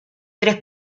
tres